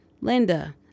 Linda